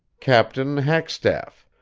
captain hackstaff.